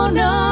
no